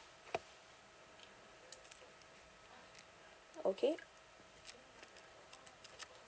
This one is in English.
okay